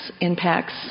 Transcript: impacts